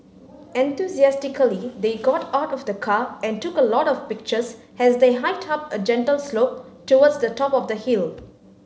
enthusiastically they got out of the car and took a lot of pictures as they hiked up a gentle slope towards the top of the hill